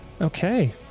Okay